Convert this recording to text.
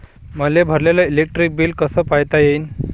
मले भरलेल electric bill कस पायता येईन?